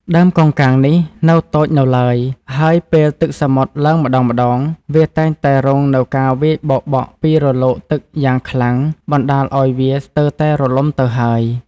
ដើមកោងកាងនេះនៅតូចនៅឡើយ ហើយពេលទឹកសមុទ្រឡើងម្ដងៗ វាតែងតែរងនូវការវាយបោកបក់ពីរលកទឹកយ៉ាងខ្លាំងបណ្ដាលឲ្យវាស្ទើរតែរលំទៅហើយ។